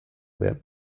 werden